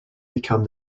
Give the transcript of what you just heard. become